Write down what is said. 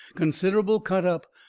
considerable cut up,